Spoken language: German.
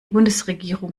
bundesregierung